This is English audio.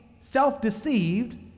self-deceived